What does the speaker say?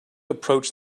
approach